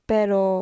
Pero